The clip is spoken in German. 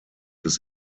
des